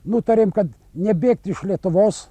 nutarėm kad nebėgti iš lietuvos